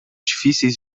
difíceis